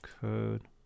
code